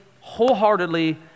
wholeheartedly